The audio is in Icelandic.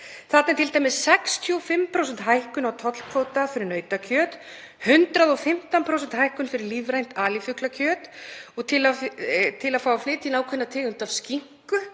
Þarna er t.d. 65% hækkun á tollkvóta fyrir nautakjöt, 115% hækkun fyrir lífrænt alifuglakjöt og til að fá að flytja inn ákveðna tegund af skinku,